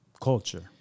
Culture